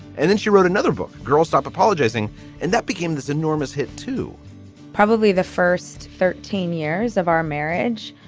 and then she wrote another book, girl stop apologizing and that became this enormous hit to probably the first thirteen years of our marriage.